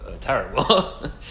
terrible